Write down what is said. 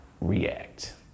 react